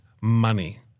money